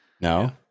No